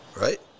Right